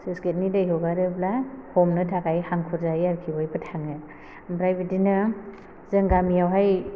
सुइस गेटनि दै हगारोब्ला हमनो थाखाय हांखुर जायो आरिखि बयबो थांनो आमफ्राय बिदिनो जों गामियावहाय